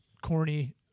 corny